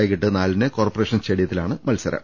വൈകീട്ട് നാലിന് കോർപ്പറേഷൻ സ്റ്റേഡി യത്തിലാണ് മത്സരം